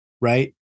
Right